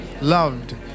loved